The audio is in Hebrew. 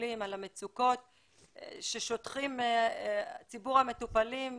ומסתכלים על המצוקות ששוטחים ציבור המטופלים.